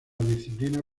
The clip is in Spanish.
disciplina